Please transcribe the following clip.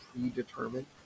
predetermined